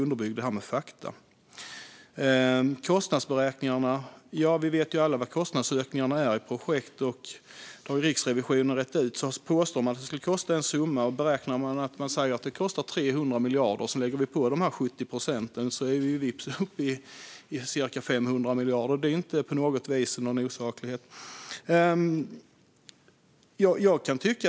När det gäller kostnadsberäkningarna känner vi alla till vilka kostnadsökningarna i projekten är, för det har Riksrevisionen rett ut. Ska det kosta 300 miljarder men läggs på 70 procent är vi vips uppe i 500 miljarder. Det är inte osakligt.